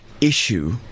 issue